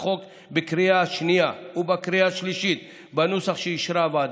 החוק בקריאה השנייה ובקריאה השלישית בנוסח שאישרה הוועדה.